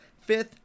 Fifth